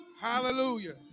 Hallelujah